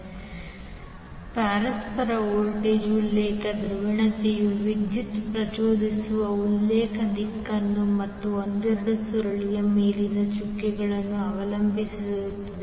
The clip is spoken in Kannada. ಆದ್ದರಿಂದ ಪರಸ್ಪರ ವೋಲ್ಟೇಜ್ನ ಉಲ್ಲೇಖ ಧ್ರುವೀಯತೆಯು ವಿದ್ಯುತ್ ಪ್ರಚೋದಿಸುವ ಉಲ್ಲೇಖ ದಿಕ್ಕನ್ನು ಮತ್ತು ಒಂದೆರಡು ಸುರುಳಿಯ ಮೇಲಿನ ಚುಕ್ಕೆಗಳನ್ನು ಅವಲಂಬಿಸಿರುತ್ತದೆ